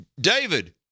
David